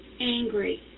angry